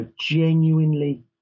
genuinely